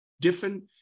different